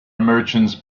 merchants